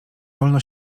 wolno